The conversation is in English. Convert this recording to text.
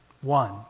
one